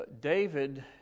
David